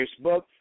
Facebook